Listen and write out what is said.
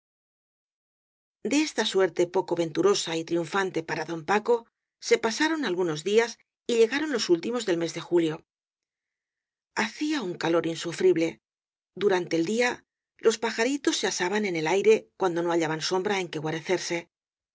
de esta suerte poco venturosa y triunfante para don paco se pasaron algunos días y llegaron los últimos del mes de julio hacía un calor insufrible durante el día los pa jaritos se asaban en el aire cuando no hallaban sombra en que guarecerse